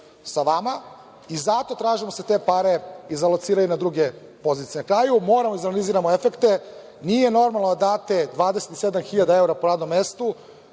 sa vama i zato tražimo da se te pare izalociraju na druge pozicije. Na kraju, moramo da izanaliziramo efekte. Nije normalno da date 27 hiljada evra po radnom mestu.